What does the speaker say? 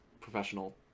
professional